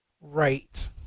right